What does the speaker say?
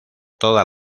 todas